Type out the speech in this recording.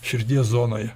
širdies zonoje